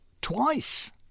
Twice